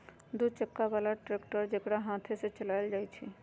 दू चक्का बला ट्रैक्टर जेकरा हाथे से चलायल जाइ छइ